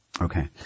Okay